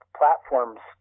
platforms